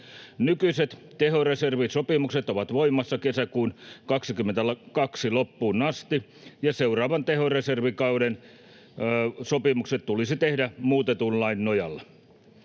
Nykyiset tehoreservisopimukset ovat voimassa kesäkuun 22 loppuun asti, ja seuraavan tehoreservikauden sopimukset tulisi tehdä muutetun lain nojalla.